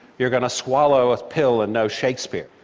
you're going to swallow a pill and know shakespeare.